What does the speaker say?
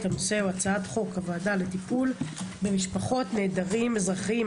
על סדר-היום: הצעת חוק הוועדה לטיפול במשפחות נעדרים אזרחיים,